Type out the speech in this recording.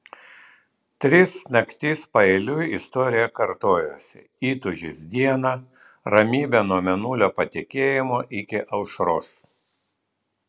tris naktis paeiliui istorija kartojosi įtūžis dieną ramybė nuo mėnulio patekėjimo iki aušros